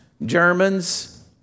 Germans